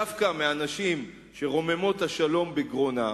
דווקא מאנשים שרוממות השלום בגרונם,